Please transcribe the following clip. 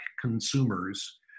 consumers